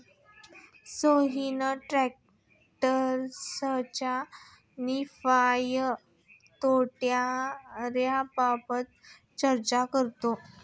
सोहन टॅक्सच्या नफ्या तोट्याबाबत चर्चा करतो